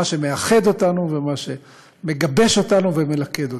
שמאחד אותנו ואת מה שמגבש אותנו ומלכד אותנו.